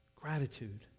Gratitude